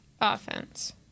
Offense